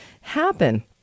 happen